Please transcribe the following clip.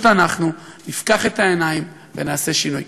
אנחנו נפקח את העיניים ונעשה שינוי.